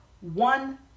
One